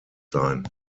sein